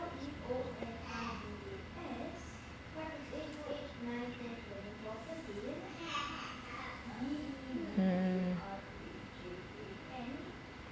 mm